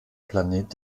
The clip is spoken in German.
planet